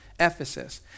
Ephesus